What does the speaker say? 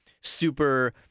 super